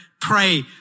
pray